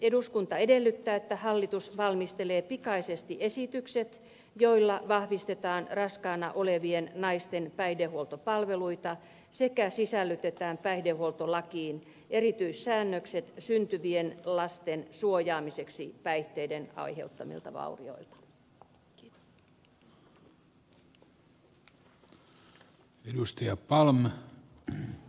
eduskunta edellyttää että hallitus valmistelee pikaisesti esitykset joilla vahvistetaan raskaana olevien naisten päihdehuoltopalveluita sekä sisällytetään päihdehuoltolakiin erityissäännökset syntyvien lasten suojaamiseksi päihteiden aiheuttamilta vaurioilta